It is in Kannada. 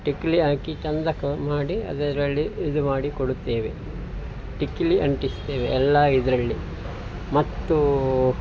ಟಿಕ್ಲಿ ಹಾಕಿ ಚೆಂದ ಮಾಡಿ ಅದರಲ್ಲಿ ಇದು ಮಾಡಿಕೊಡುತ್ತೇವೆ ಟಿಕ್ಲಿ ಅಂಟಿಸ್ತೇವೆ ಎಲ್ಲ ಇದರಲ್ಲಿ ಮತ್ತು